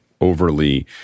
overly